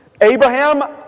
Abraham